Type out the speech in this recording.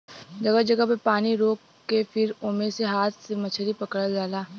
जगह जगह पे पानी रोक के फिर ओमे से हाथ से मछरी पकड़ल जाला